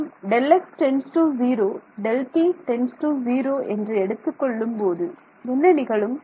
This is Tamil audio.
நாம் Δx → 0 Δt → 0 என்று எடுத்துக் கொள்ளும்போது என்ன நிகழும்